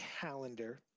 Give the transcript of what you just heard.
calendar